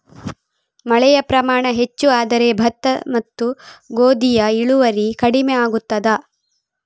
ಮಳೆಯ ಪ್ರಮಾಣ ಹೆಚ್ಚು ಆದರೆ ಭತ್ತ ಮತ್ತು ಗೋಧಿಯ ಇಳುವರಿ ಕಡಿಮೆ ಆಗುತ್ತದಾ?